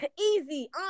Easy